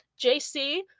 JC